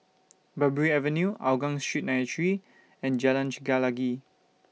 Parbury Avenue Hougang Street nine three and Jalan Chelagi